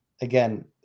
Again